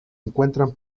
encuentran